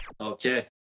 okay